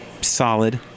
solid